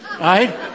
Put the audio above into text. right